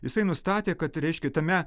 jisai nustatė kad reiškia tame